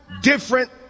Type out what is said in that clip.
different